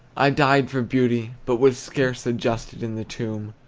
i died for beauty, but was scarce adjusted in the tomb,